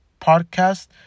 podcast